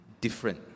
different